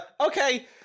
Okay